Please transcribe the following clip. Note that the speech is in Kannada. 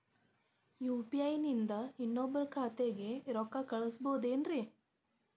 ಯು.ಪಿ.ಐ ನಿಂದ ಇನ್ನೊಬ್ರ ಖಾತೆಗೆ ರೊಕ್ಕ ಕಳ್ಸಬಹುದೇನ್ರಿ?